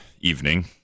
evening